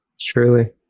Truly